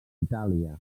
itàlia